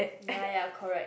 ya ya correct